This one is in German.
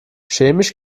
chemisch